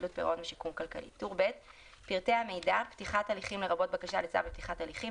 חדלות פירעון ושיקום כלכלי פתיחת הליכים לרבות בקשה לצו לפתיחת הליכים,